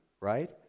right